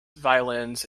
violins